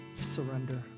surrender